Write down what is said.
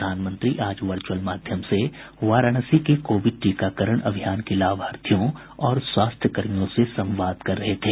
प्रधानमंत्री आज वचुर्अल माध्यम से वाराणसी के कोविड टीकाकरण अभियान के लाभार्थियों और स्वास्थ्य कर्मियों से संवाद कर रहे थे